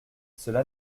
cela